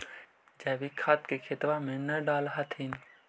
जैवीक खाद के खेतबा मे न डाल होथिं?